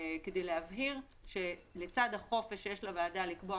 כדי להבהיר שלצד החופש שיש לוועדה לקבוע